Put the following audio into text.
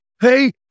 hey